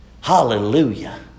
Hallelujah